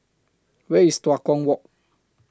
Where IS Tua Kong Walk